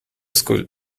school